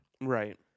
Right